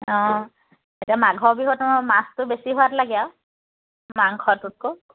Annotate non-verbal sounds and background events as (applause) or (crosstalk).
অঁ এতিয়া মাঘৰ বিহুত (unintelligible) মাছটো বেছি সোৱাদ লাগে আৰু মাংসটোতকৈ